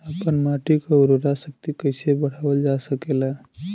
आपन माटी क उर्वरा शक्ति कइसे बढ़ावल जा सकेला?